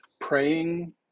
praying